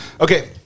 Okay